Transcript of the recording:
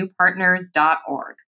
newpartners.org